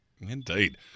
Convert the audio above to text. indeed